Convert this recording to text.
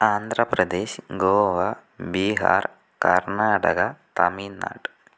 Andhra Pradesh Goa Bihar Karnataka Tamil Nadu